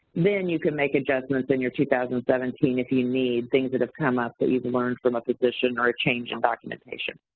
then you can make adjustments in your two thousand and if you need, things that have come up that you've learned from a position or a change in documentation.